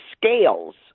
scales